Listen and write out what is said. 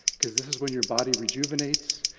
because this is when your body rejuvenates,